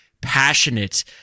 passionate